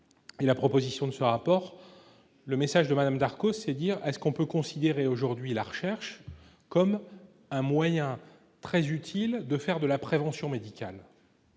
à la proposition de ce rapport, le message de Madame Darcos dire est-ce qu'on peut considérer aujourd'hui la recherche comme un moyen très utile de faire de la prévention médicale.